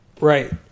Right